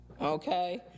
okay